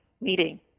meeting